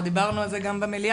דיברנו על זה גם במליאה.